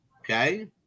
Okay